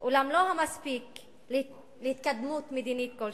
אולם לא מספיק להתקדמות מדינית כלשהי.